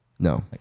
No